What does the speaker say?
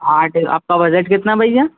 आठ आप का बजट कितना भैया